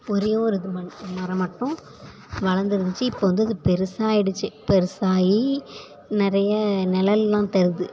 ஒரே ஒரு இது மண் மரம் மட்டும் வளர்ந்து வந்துடுச்சி இப்போது வந்து அது பெருசாக ஆகிடுச்சி பெருசாக ஆகி நிறைய நிழல்லாம் தருது